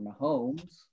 Mahomes